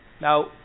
Now